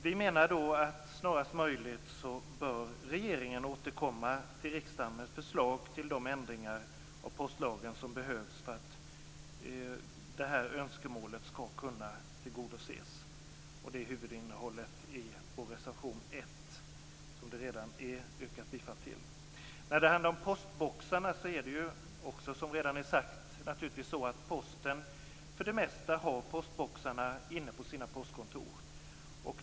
Vi anser att regeringen snarast möjligt bör återkomma till riksdagen med ett förslag till de ändringar av postlagen som behövs för att detta önskemål skall kunna tillgodoses. Detta är huvudinnehållet i vår reservation nr 1, som det redan har yrkats bifall till. När det gäller postboxar har ju Posten för det mesta sådana inne på sina postkontor.